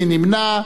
מי נמנע?